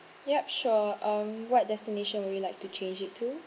yup sure um what destination would you like to change it to